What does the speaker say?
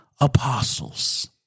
apostles